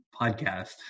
podcast